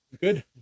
Good